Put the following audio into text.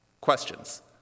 questions